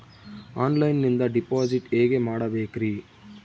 ಆನ್ಲೈನಿಂದ ಡಿಪಾಸಿಟ್ ಹೇಗೆ ಮಾಡಬೇಕ್ರಿ?